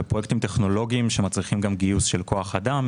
אלה פרויקטים טכנולוגיים שמצריכים גם גיוס של כוח אדם,